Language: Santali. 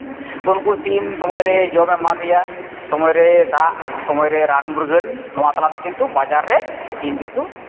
ᱩᱱᱠᱩ ᱥᱤᱢ ᱥᱚᱢᱚᱭ ᱨᱮ ᱡᱚᱢ ᱮᱢ ᱮᱢᱟᱫᱮᱭᱟ ᱥᱚᱢᱚᱭ ᱨᱮ ᱫᱟᱜ ᱥᱚᱢᱚᱭ ᱨᱮ ᱨᱟᱱ ᱢᱩᱨᱜᱟᱹᱱ ᱱᱚᱣᱟ ᱛᱟᱞᱟᱛᱮ ᱠᱤᱱᱛᱩ ᱵᱟᱡᱟᱨ ᱨᱮ ᱥᱤᱢ ᱠᱤᱱᱛᱩ